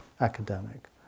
academic